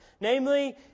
namely